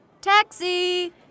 Taxi